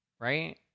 Right